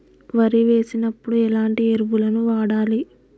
వరి వేసినప్పుడు ఎలాంటి ఎరువులను వాడాలి?